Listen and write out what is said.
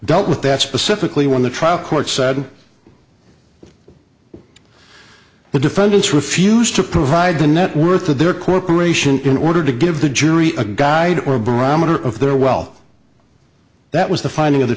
dealt with that specifically when the trial court said the defendants refused to provide the net worth of their corporation in order to give the jury a guide or a barometer of their well that was the finding of the